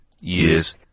years